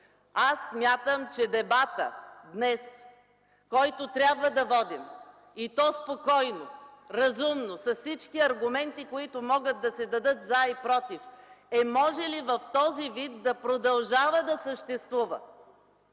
Смятам, че дебатът днес, който трябва да водим, и то спокойно, разумно, с всички аргументи, които могат да се дадат „за” и „против”, е: може ли в този вид да продължава да съществува